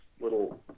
little